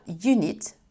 unit